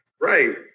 Right